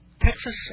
Texas